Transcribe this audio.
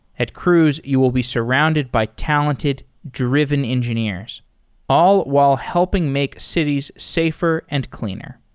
at cruise you will be surrounded by talented, driven engineers all while helping make cities safer and cleaner.